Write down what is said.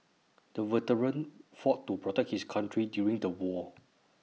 the veteran fought to protect his country during the war